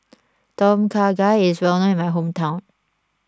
Tom Kha Gai is well known in my hometown